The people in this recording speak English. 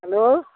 hello